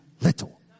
little